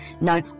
no